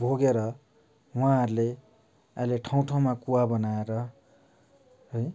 भोगेर उहाँहरूले अहिले ठाउँ ठाउँमा कुवा बनाएर है